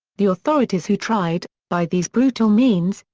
the authorities who tried, by these brutal means,